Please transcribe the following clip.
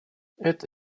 эта